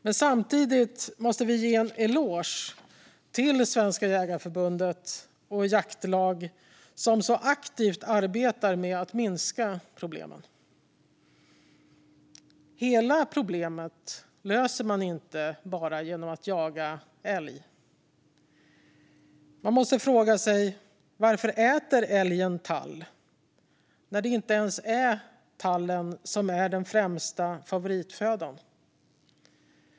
Men samtidigt måste jag ge en eloge till Svenska Jägareförbundet och jaktlag som så aktivt arbetar med att minska problemen. Hela problemet löser man inte bara genom att jaga älg. Man måste fråga sig varför älgen äter tall när det inte ens är tallen som är den främsta favoritfödan.